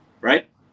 right